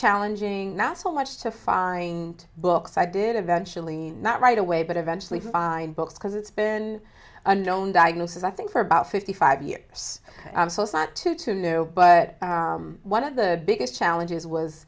challenging not so much to find books i did eventually not right away but eventually find books because it's been a known diagnosis i think for about fifty five years too to know but one of the biggest challenges was